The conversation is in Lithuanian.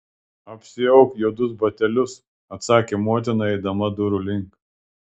apsiauk juodus batelius atsakė motina eidama durų link